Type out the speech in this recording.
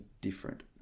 different